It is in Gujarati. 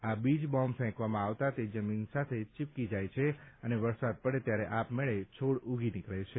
આ બીજ બોમ્બ ફેંકવામાં આવતાં તે જમીન સાથે ચીપકી જાય છે અને વરસાદ પડે ત્યારે આપમેળે છોડ ઉગી નીકળી છે